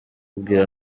bwira